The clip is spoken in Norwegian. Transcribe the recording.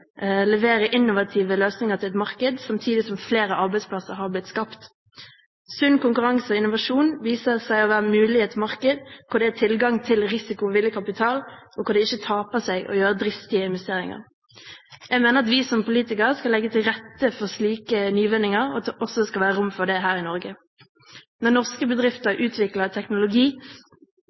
levere innovative løsninger til et marked, samtidig som flere arbeidsplasser har blitt skapt. Sunn konkurranse og innovasjon viser seg å være mulig i et marked hvor det er tilgang på risikovillig kapital, og hvor det ikke taper seg å gjøre dristige investeringer. Jeg mener at vi som politikere skal legge til rette for slike nyvinninger, og at det skal være rom for det i Norge. Når norske bedrifter utvikler teknologi,